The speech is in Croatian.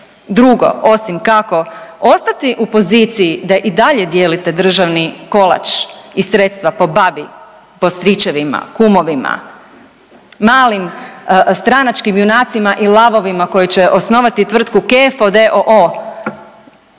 drugo osim kako stati u poziciji da i dalje dijelite državni kolač i sredstva po bavi, po stričevima, kumovima, malim stranačkim junacima i lavovima koji će osnovati tvrtku Kefo